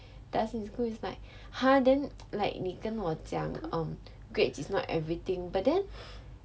does in school is like !huh! then like 你跟我讲 um grades is not everything but then